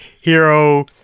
hero